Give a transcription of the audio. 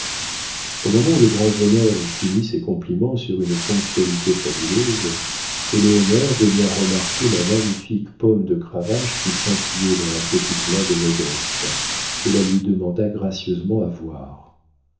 au moment où le grand-veneur eut fini ses compliments sur une ponctualité fabuleuse éléonore daigna remarquer la magnifique pomme de cravache qui scintillait dans la petite main de modeste et la lui demanda gracieusement à voir